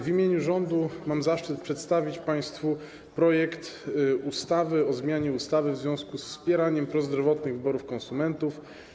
W imieniu rządu mam zaszczyt przedstawić państwu projekt ustawy o zmianie niektórych ustaw w związku ze wspieraniem prozdrowotnych wyborów konsumentów.